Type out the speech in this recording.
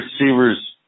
receivers